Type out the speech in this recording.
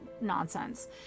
nonsense